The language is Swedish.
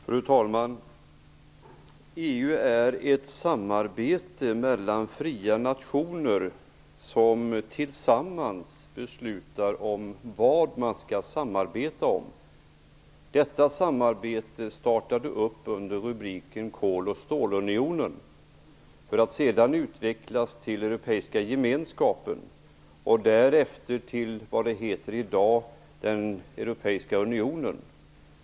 Fru talman! EU är ett samarbete mellan fria nationer som tillsammans beslutar om vad man skall samarbeta om. Detta samarbete startade under rubriken Kol och stålunionen för att sedan utvecklas till Europeiska gemenskapen och därefter till det det heter i dag, den Europeiska Unionen.